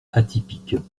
atypiques